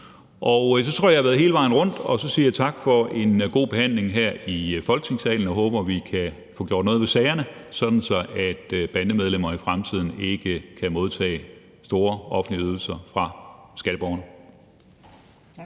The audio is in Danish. Så tror jeg, at jeg har været hele vejen rundt, og så siger jeg tak for en god behandling her i Folketingssalen. Jeg håber, at vi kan få gjort noget ved sagerne, sådan at bandemedlemmer i fremtiden ikke kan modtage store offentlige ydelser fra skatteborgerne.